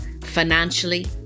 financially